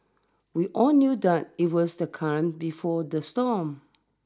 we all knew that it was the calm before the storm